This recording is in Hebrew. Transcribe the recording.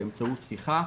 באמצעות שיחה,